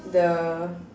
the